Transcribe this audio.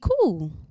cool